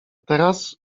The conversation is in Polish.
teraz